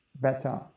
better